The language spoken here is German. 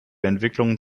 entwicklung